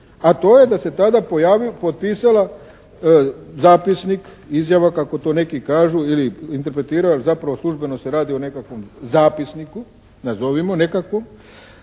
a to je da se tada potpisala zapisnik, izjava kako to neki kažu ili interpretiraju, zapravo službeno se radi o nekakvom zapisniku, nazovimo nekakvom,